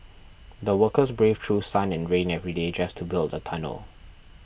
the workers braved through sun and rain every day just to build the tunnel